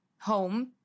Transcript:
home